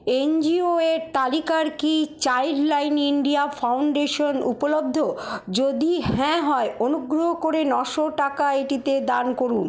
এনজিওএর তালিকায় কি Childline India Foundation উপলব্ধ যদি হ্যাঁ হয় অনুগ্রহ করে নশো টাকা এটিতে দান করুন